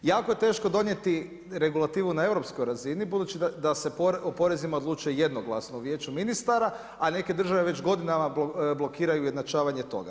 Jako je teško donijeti regulativu na europskoj razini, budući da se o porezima odlučuje jednoglasno u vijeću ministara, a neke države već godinama blokiraju ujednačavanje toga.